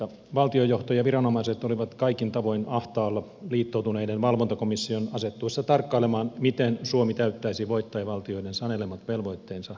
valtionjohto ja viranomaiset olivat kaikin tavoin ahtaalla liittoutuneiden valvontakomission asettuessa tarkkailemaan miten suomi täyttäisi voittajavaltioiden sanelemat velvoitteensa